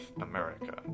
America